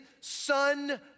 son